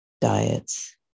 diets